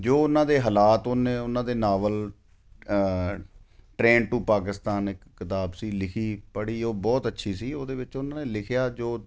ਜੋ ਉਹਨਾਂ ਦੇ ਹਾਲਾਤ ਓਨੇ ਉਹਨਾਂ ਦੇ ਨਾਵਲ ਟਰੇਨ ਟੂ ਪਾਕਿਸਤਾਨ ਇੱਕ ਕਿਤਾਬ ਸੀ ਲਿਖੀ ਪੜ੍ਹੀ ਉਹ ਬਹੁਤ ਅੱਛੀ ਸੀ ਉਹਦੇ ਵਿੱਚ ਉਹਨਾਂ ਨੇ ਲਿਖਿਆ ਜੋ